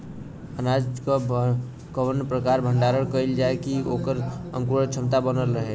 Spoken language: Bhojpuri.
अनाज क कवने प्रकार भण्डारण कइल जाय कि वोकर अंकुरण क्षमता बनल रहे?